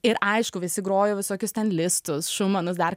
ir aišku visi grojo visokius ten listus šumanus dar